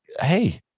hey